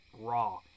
raw